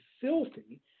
filthy